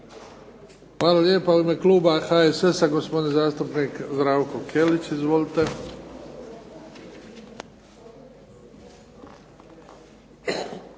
Hvala. I u ime kluba HNS-HSU-a gospodin zastupnik Zlatko Koračević. Izvolite.